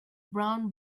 brown